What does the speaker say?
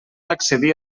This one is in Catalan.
accedir